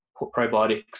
probiotics